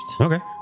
Okay